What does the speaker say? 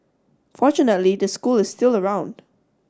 fortunately the school is still around